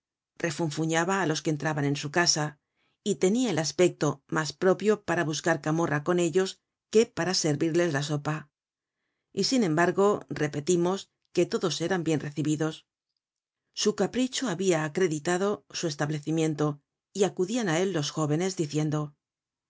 parroquianos refunfuñaba á los que entraban en su casa y tenia el aspecto mas propio para buscar camorra con ellos que para servirles la sopa y sin embargo repetimos que todos eran bien recibidos su capricho habia acreditado su establecimiento y acudian á él los jóvenes diciendo